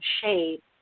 shape